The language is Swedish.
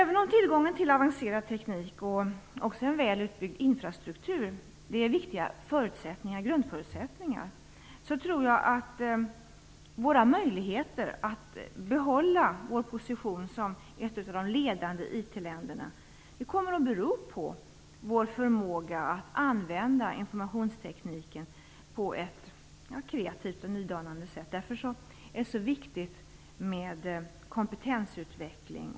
Även om tillgången på avancerad teknik och en väl utbyggd infrastruktur är viktiga grundförutsättningar tror jag att våra möjligheter att behålla vår position som ett av de ledande länderna på IT området kommer att bero på vår förmåga att använda informationstekniken på ett kreativt och nydanande sätt. Därför är det så viktigt med kompetensutveckling.